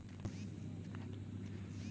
धान में एन.पी.के किस अनुपात में डालते हैं?